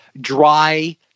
dry